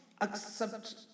accept